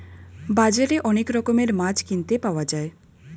বাজারে অনেক রকমের মাছ কিনতে পাওয়া যায়